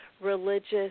religious